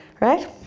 right